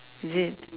is it